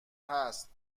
هست